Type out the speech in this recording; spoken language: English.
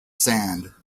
sand